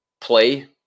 play